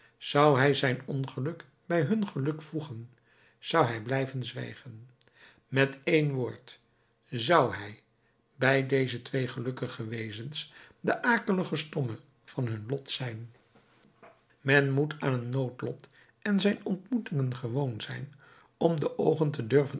zou hij zijn ongeluk bij hun geluk voegen zou hij blijven zwijgen met één woord zou hij bij deze twee gelukkige wezens de akelige stomme van hun lot zijn men moet aan het noodlot en zijn ontmoetingen gewoon zijn om de oogen te durven